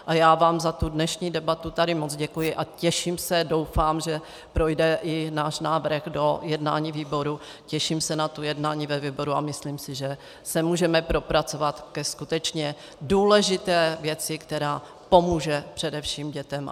A já vám za tu dnešní debatu tady moc děkuji a těším se doufám, že projde i náš návrh do jednání výboru těším se na to jednání ve výboru a myslím si, že se můžeme propracovat ke skutečně důležité věci, která pomůže především dětem.